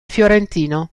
fiorentino